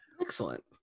Excellent